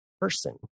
person